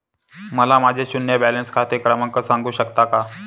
मला माझे शून्य बॅलन्स खाते क्रमांक सांगू शकता का?